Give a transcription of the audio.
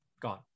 gone